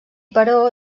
però